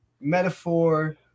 metaphor